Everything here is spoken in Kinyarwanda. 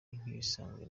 nk’ibisanzwe